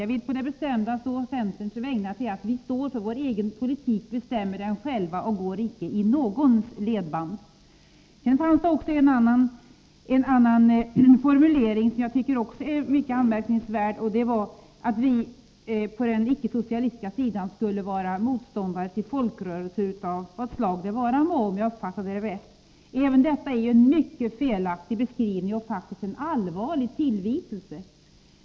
Jag vill å centerns vägnar på det bestämdaste betona att vi står för vår egen politik, bestämmer den själva och icke går i någons ledband. I Kjell-Olof Feldts anförande fanns också en annan formulering som jag tycker är mycket anmärkningsvärd, nämligen den att vi på den ickesocialistiska sidan skulle vara motståndare till folkrörelser av vad slag de vara må, om jag uppfattade rätt. Även detta är en mycket felaktig beskrivning och faktiskt en allvarlig tillvitelse.